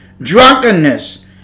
drunkenness